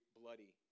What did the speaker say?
bloody